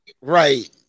Right